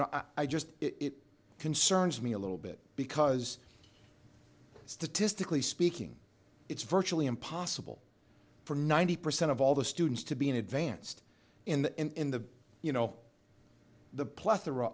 know i just it concerns me a little bit because statistically speaking it's virtually impossible for ninety percent of all the students to be in advanced in the you know the plethora